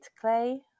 clay